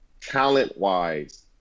Talent-wise